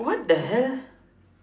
what the hell